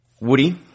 Woody